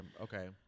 Okay